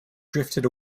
drifted